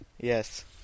Yes